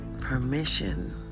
permission